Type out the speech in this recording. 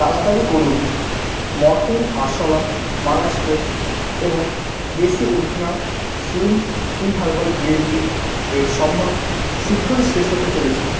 তাড়াতাড়ি করুন মর্টিন আরশোলা মারার স্প্রে এবং দেশি উত্থনা slim tea herbal green tea এর সম্ভার শীঘ্রই শেষ হতে চলেছে